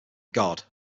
god